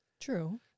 True